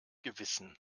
gewissen